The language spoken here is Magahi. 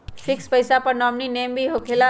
फिक्स पईसा पर नॉमिनी नेम भी होकेला?